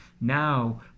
now